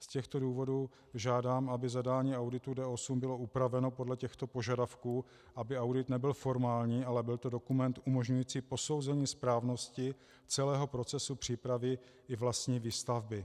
Z těchto důvodů žádám, aby zadání auditu D8 bylo upraveno podle těchto požadavků, aby audit nebyl formální, ale byl to dokument umožňující posouzení správnosti celého procesu přípravy i vlastní výstavby.